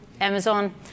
Amazon